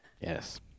Yes